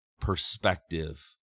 Perspective